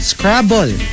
Scrabble